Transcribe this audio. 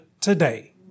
today